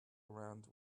around